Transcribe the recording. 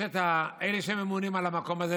יש את אלו שממונים על המקום הזה,